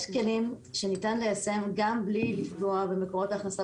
יש כלים שניתן ליישם גם בלי לפגוע במקורות הכנסה,